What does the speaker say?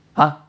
!huh!